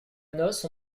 noce